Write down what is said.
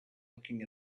looking